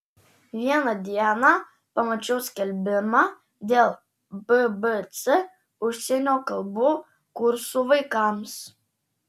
vieną dieną pamačiau skelbimą dėl bbc užsienio kalbų kursų vaikams